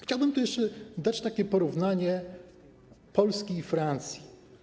Chciałbym tu jeszcze dać takie oto porównanie Polski i Francji.